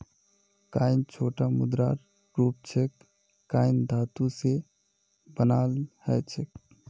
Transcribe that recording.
coin छोटो मुद्रार रूप छेक कॉइन धातु स बनाल ह छेक